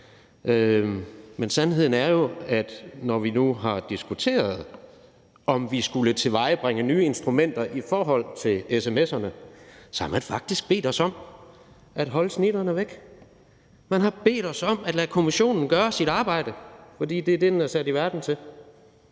Men sandheden er jo, at når vi nu har diskuteret, om vi skulle tilvejebringe nye instrumenter i forhold til sms'erne, har man faktisk bedt os om at holde snitterne væk. Man har bedt os om at lade kommissionen gøre sit arbejde, fordi det er det, den er sat i verden til.